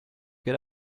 get